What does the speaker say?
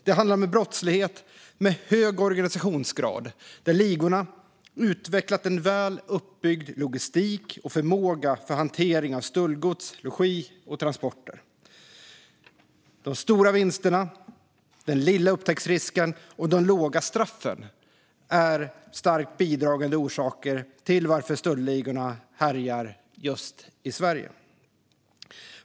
Det handlar om brottslighet med hög organisationsgrad där ligorna utvecklat en väl uppbyggd logistik och förmåga för hantering av stöldgods, logi och transporter. Stora vinster, liten upptäcktsrisk och låga straff är starkt bidragande orsaker till att stöldligorna härjar just i Sverige.